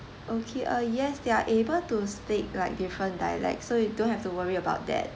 okay uh yes they are able to speak like different dialects so you don't have to worry about that